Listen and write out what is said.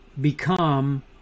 become